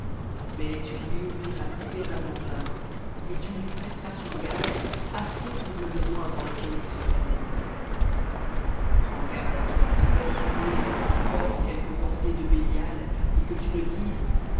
mais tu lui ouvriras libéralement ta main et tu lui prêteras sur gage assez pour le besoin dans lequel il se trouve prends garde à toi de peur qu'il n'y ait dans ton cœur quelque pensée de bélial et que tu ne dises